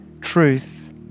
Truth